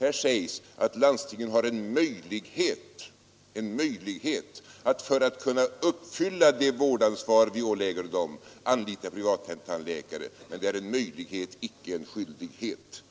Här sägs att landstingen för att kunna uppfylla det vårdansvar vi ålägger dem har möjlighet att anlita privata tandläkare, men det är en möjlighet, icke en skyldighet.